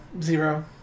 Zero